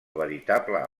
veritable